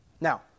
Now